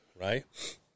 right